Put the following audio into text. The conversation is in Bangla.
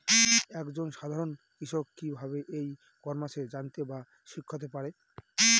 এক জন সাধারন কৃষক কি ভাবে ই কমার্সে জানতে বা শিক্ষতে পারে?